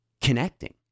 connecting